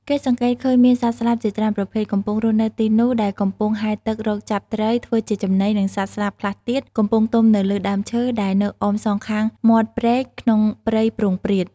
គេសង្កេតឃើញមានសត្វស្លាបជាច្រើនប្រភេទ កំពុងរស់នៅទីនោះដែលកំពុងហែលទឹករកចាប់ត្រីធ្វើជាចំណី និងសត្វស្លាបខ្លះទៀត កំពុងទុំនៅលើដើមឈើ ដែលនៅអមសងខាងមាត់ព្រែកក្នុងព្រៃព្រោងព្រាត។